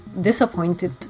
disappointed